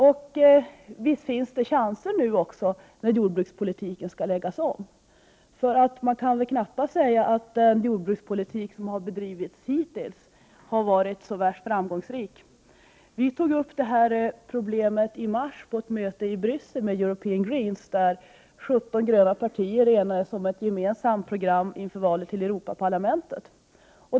Och visst finns det också chanser nu när jordbrukspolitiken skall läggas om. Man kan väl knappast säga att den jordbrukspolitik som har bedrivits hittills har varit så värst framgångsrik. Vi tog upp det här problemet i mars på ett möte i Bryssel med European Greens, där 17 gröna partier enades om ett gemensamt program inför valet till EG-parlamentet.